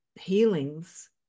healings